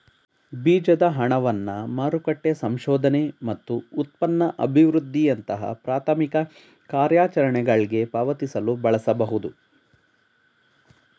ಬೀಜದ ಹಣವನ್ನ ಮಾರುಕಟ್ಟೆ ಸಂಶೋಧನೆ ಮತ್ತು ಉತ್ಪನ್ನ ಅಭಿವೃದ್ಧಿಯಂತಹ ಪ್ರಾಥಮಿಕ ಕಾರ್ಯಾಚರಣೆಗಳ್ಗೆ ಪಾವತಿಸಲು ಬಳಸಬಹುದು